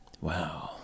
Wow